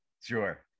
Sure